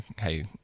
hey